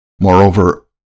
Moreover